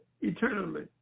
eternally